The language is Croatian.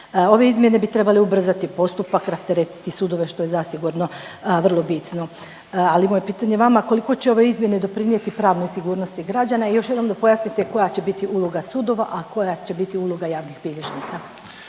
Ove izmjene bi trebale ubrzati postupak, rasteretiti sudove što je zasigurno vrlo bitno. Ali moje pitanje vama, koliko će ove izmjene doprinijeti pravnoj sigurnosti građana i da još jednom pojasnite koja će biti uloga sudova, a koja će biti uloga javnih bilježnika.